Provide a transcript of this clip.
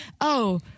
oh-